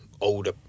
Older